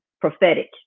prophetic